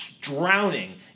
drowning